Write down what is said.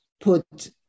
put